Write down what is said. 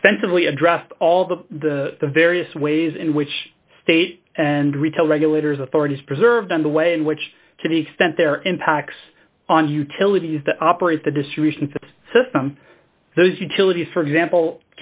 extensively addressed all the the various ways in which state and retail regulators authorities preserved on the way in which to the extent there are impacts on utilities that operate the distribution system those utilities for example